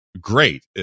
great